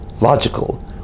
logical